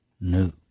new